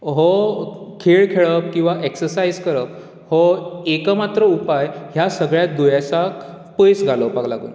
हो खेळ खेळप किवा एक्सर्सायज करप हो एकमात्र उपाय ह्या सगळ्या दुयेंसांक पयस घालोवपाक लागून